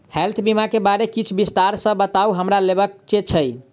Health बीमा केँ बारे किछ विस्तार सऽ बताउ हमरा लेबऽ केँ छयः?